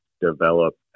develop